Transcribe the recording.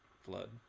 flood